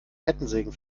kettensägen